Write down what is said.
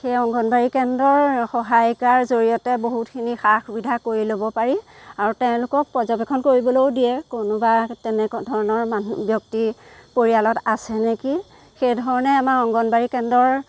সেই অংগনবাদী কেন্দ্ৰ সহায়িকাৰ জৰিয়তে বহুতখিনি সা সুবিধা কৰি ল'ব পাৰি আৰু তেওঁলোকক পৰ্য্যবেক্ষণ কৰিবলৈও দিয়ে কোনোবা তেনেকুৱা ধৰণৰ মানুহ ব্যক্তি পৰিয়ালত আছে নেকি সেই ধৰণে আমাৰ অংগনবাদী কেন্দ্ৰৰ